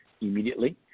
immediately